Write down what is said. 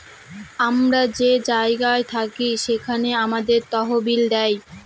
আমরা যে জায়গায় থাকি সেখানে আমাদের তহবিল দেয়